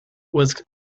was